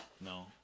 No